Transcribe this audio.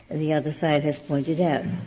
and the other side has pointed out.